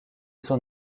son